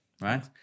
Right